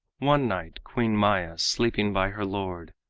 one night queen maya, sleeping by her lord,